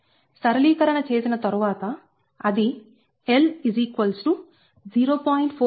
సరళీకరణ చేసిన తరువాత అది L0